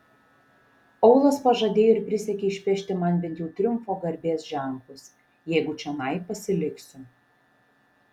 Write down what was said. aulas pažadėjo ir prisiekė išpešti man bent jau triumfo garbės ženklus jeigu čionai pasiliksiu